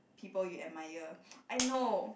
people you admire I know